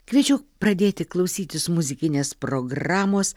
kviečiu pradėti klausytis muzikinės programos